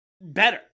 better